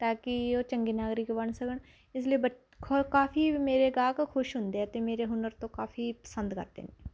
ਤਾਂ ਕਿ ਉਹ ਚੰਗੇ ਨਾਗਰਿਕ ਬਣ ਸਕਣ ਇਸ ਲਈ ਬ ਕੋ ਕਾਫ਼ੀ ਮੇਰੇ ਗਾਹਕ ਖੁਸ਼ ਹੁੰਦੇ ਹੈ ਅਤੇ ਮੇਰੇ ਹੁਨਰ ਤੋਂ ਕਾਫ਼ੀ ਪਸੰਦ ਕਰਦੇ ਹੈ